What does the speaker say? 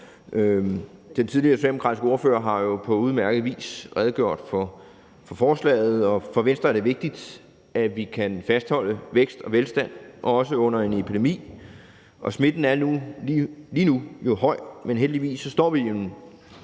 Den tidligere socialdemokratiske ordfører har jo på udmærket vis redegjort for forslaget, og for Venstre er det vigtigt, at vi kan fastholde vækst og velstand, også under en epidemi. Smitten er jo lige nu høj, men heldigvis står vi i en